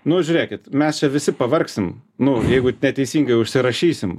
nu žiūrėkit mes čia visi pavargsim nu jeigu neteisingai užsirašysim